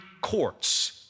courts